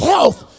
health